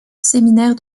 séminaire